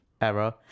error